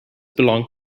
belong